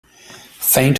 faint